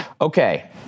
Okay